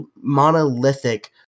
monolithic